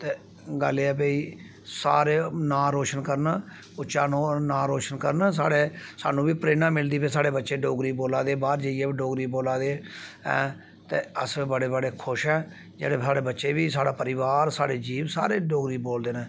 ते गल्ल एह् ऐ भाई सारे नांऽ रोशन करन उच्चा नांऽ रोशन करन साढ़े सानूं बी प्रेरणा मिलदी भई साढ़े बच्चे डोगरी बोला दे बाह्र जाइयै बी डोगरी बोला दे हैं ते अस बड़े बड़े खुश आं जेह्डे़ साड़े बच्चे बी साढ़ा परोआर साढ़े जीब सारे डोगरी बोलदे न